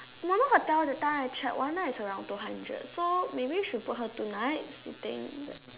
mono hotel that time I check one night is around two hundred so maybe we should book her two nights you think